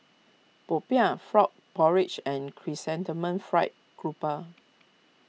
Popiah Frog Porridge and Chrysanthemum Fried Grouper